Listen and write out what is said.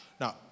Now